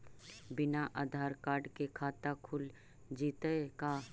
बिना आधार कार्ड के खाता खुल जइतै का?